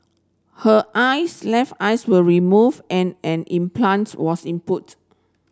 her eyes left eyes were removed and an implants was in put